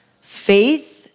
Faith